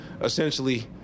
essentially